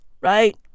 Right